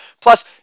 Plus